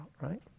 right